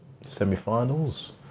semi-finals